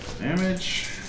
Damage